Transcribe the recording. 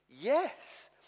Yes